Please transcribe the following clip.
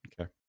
Okay